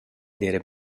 d’eira